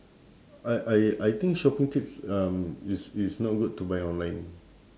I I I think shopping tips um it's it's not good to buy online